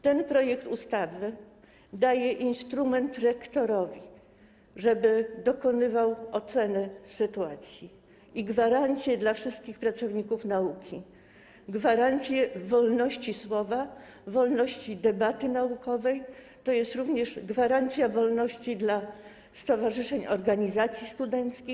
Ten projekt ustawy daje instrument rektorowi, żeby dokonywał oceny sytuacji, i gwarancje dla wszystkich pracowników nauki - gwarancje wolności słowa i wolności debaty naukowej, również gwarancję wolności dla stowarzyszeń i organizacji studenckich.